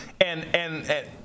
And—and—